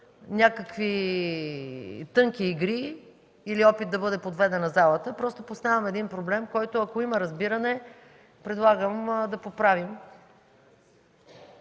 някакви тънки игри или опит да бъде подведена залата, а поставям един проблем, за който, ако има разбиране, предлагам да поправим.